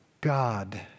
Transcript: God